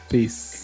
Peace